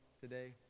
today